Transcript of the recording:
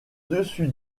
dessus